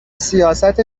سیاست